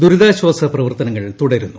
ദുരിതാശ്വാസ പ്രവർത്തനങ്ങൾ തു്ടരുന്നു